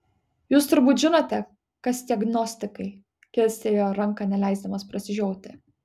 jūs turbūt žinote kas tie gnostikai kilstelėjo ranką neleisdamas prasižioti